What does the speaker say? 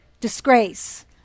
disgrace